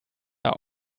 are